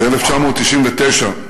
ב-1999,